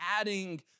adding